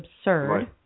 absurd